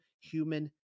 human